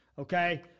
Okay